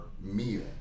meal